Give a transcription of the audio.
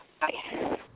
Bye